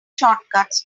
shortcuts